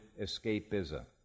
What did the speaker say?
escapism